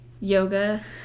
yoga